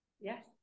yes